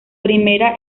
primera